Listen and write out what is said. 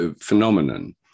phenomenon